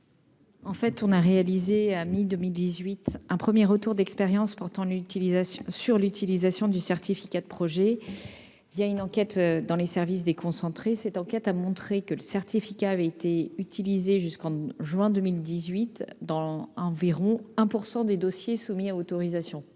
avons réalisé, à la mi-2018, un premier retour d'expérience sur l'utilisation du certificat de projet, une enquête auprès des services déconcentrés. Celle-ci a montré que le certificat avait été utilisé, jusqu'en juin 2018, dans environ 1 % des dossiers soumis à autorisation.